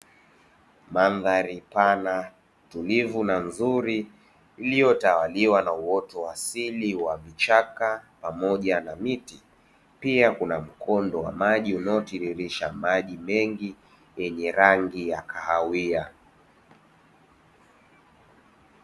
Mandhari pana tulivu na nzuri iliyitawaliwa na uoto wa asili wa vichaka pamoja na miti, pia kuna mkondo wa maji unaotiririsha maji mengi yenye rangi ya kahawia.